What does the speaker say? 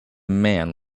man